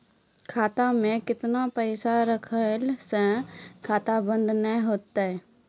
खाता मे केतना पैसा रखला से खाता बंद नैय होय तै?